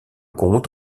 comte